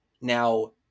Now